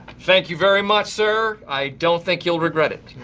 thank you very much, sir. i don't think you'll regret it.